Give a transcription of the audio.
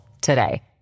today